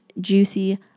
juicy